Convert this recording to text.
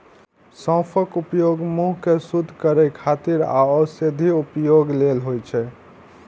सौंफक उपयोग मुंह कें शुद्ध करै खातिर आ औषधीय उपयोग लेल होइ छै